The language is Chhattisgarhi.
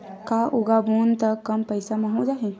का उगाबोन त कम पईसा म हो जाही?